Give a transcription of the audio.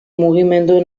mugimendu